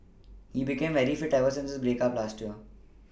he became very fit ever since his break up last year